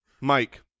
Mike